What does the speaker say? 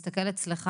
ככה מתחילות התשובות.